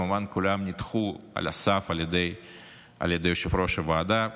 וכמובן שכולם נדחו על הסף על ידי יושב-ראש הוועדה,